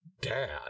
dad